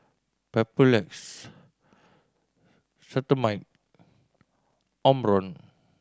Papulex Cetrimide Omron